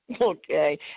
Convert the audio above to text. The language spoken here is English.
okay